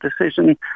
decision